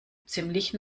ziemlich